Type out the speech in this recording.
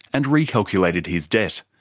and re-calculated his debt.